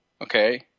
okay